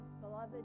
Beloved